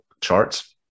charts